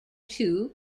two